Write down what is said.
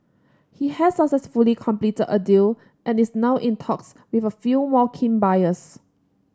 he has successfully completed a deal and is now in talks with a few more keen buyers